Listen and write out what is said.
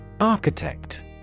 Architect